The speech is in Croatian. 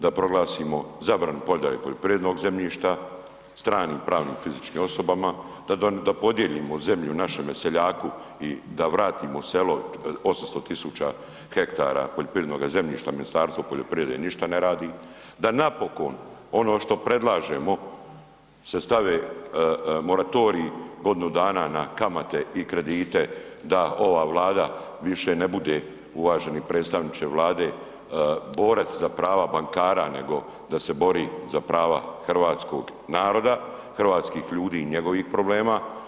Da proglasim zabranu prodaje poljoprivrednog zemljišta stranim pravnim i fizičkim osobama, da podijelimo zemlju našemu seljaku i da vratimo selo 800.000 hektara poljoprivrednoga zemljišta, Ministarstvo poljoprivrede ništa ne radi, da napokon ono što predlažemo se stave moratorij godinu dana na kamate i kredite da ova Vlada više ne bude, uvaženi predstavniče Vlade borac za prava bankara nego da se bori za prava hrvatskog naroda, hrvatskih ljudi i njegovih problema.